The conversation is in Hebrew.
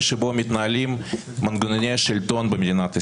שבו מתנהלים מנגנוני השלטון במדינת ישראל.